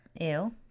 Ew